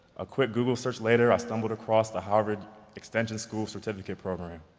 a quick google search later, i stumbled across the harvard extension school certificate program.